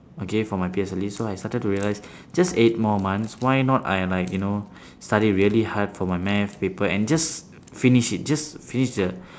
okay for my P_S_L_E so I started to realise just eight more months why not I like you know study really hard for my math paper and just finish it just finish the